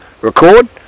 record